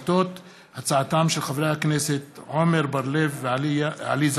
בהצעתם של חברי הכנסת עמר בר-לב ועליזה